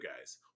guys